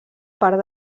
part